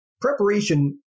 preparation